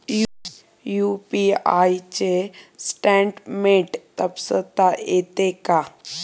UPI चे statement तपासता येते का?